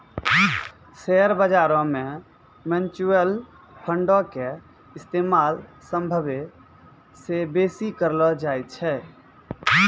share बजारो मे mutual फंडो के इस्तेमाल सभ्भे से बेसी करलो जाय छै